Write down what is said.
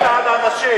אל תהיה מעל אנשים.